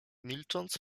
milcząc